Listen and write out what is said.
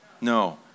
No